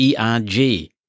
ERG